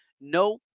No